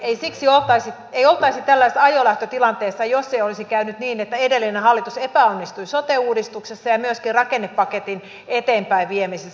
ei oltaisi tällaisessa ajolähtötilanteessa jos ei olisi käynyt niin että edellinen hallitus epäonnistui sote uudistuksessa ja myöskin rakennepaketin eteenpäinviemisessä